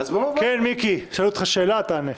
בבקשה, מיקי, שאלו אותך שאלה, תענה.